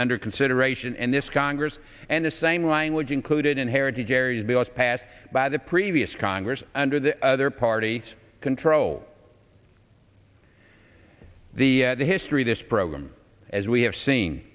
under consideration and this congress and the same language included in heritage areas bill is passed by the previous congress under the other party's control the history this program as we have seen